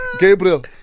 Gabriel